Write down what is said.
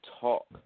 talk